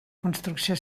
construcció